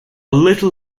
little